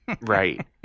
Right